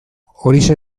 horixe